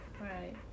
right